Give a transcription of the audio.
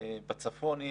בצפון,